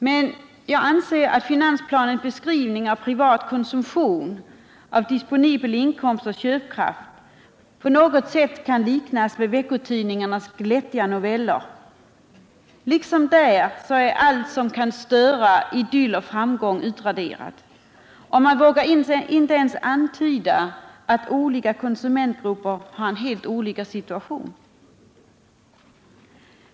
Men jag anser att finansplanens beskrivning av privat konsumtion, disponibel inkomst och köpkraft på något sätt kan liknas vid veckotidningarnas glättade noveller. Liksom i dessa är allt som kan störa idyll och framgång utraderat, och man vågar inte ens antyda att situationen är helt olika för olika konsumentgrupper.